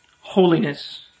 holiness